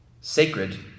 Sacred